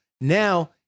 Now